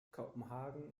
kopenhagen